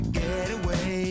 getaway